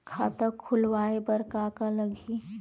खाता खुलवाय बर का का लगही?